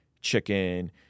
chicken